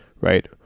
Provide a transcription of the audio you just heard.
Right